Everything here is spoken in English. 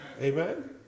Amen